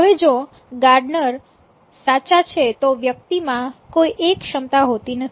હવે જો ગાર્ડનર સાચા છે તો વ્યક્તિ માં કોઈ એક ક્ષમતા હોતી નથી